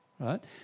right